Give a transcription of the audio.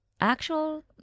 actual